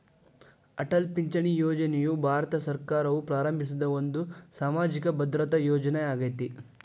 ಅಟಲ್ ಪಿಂಚಣಿ ಯೋಜನೆಯು ಭಾರತ ಸರ್ಕಾರವು ಪ್ರಾರಂಭಿಸಿದ ಒಂದು ಸಾಮಾಜಿಕ ಭದ್ರತಾ ಯೋಜನೆ ಆಗೇತಿ